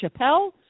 Chappelle